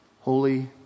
holy